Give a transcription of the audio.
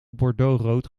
bordeauxrood